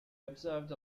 observed